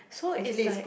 so it's like